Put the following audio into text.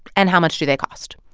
and how much do they cost?